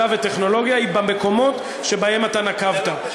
וטכנולוגיה היא במקומות שבהם אתה נקבת.